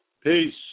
peace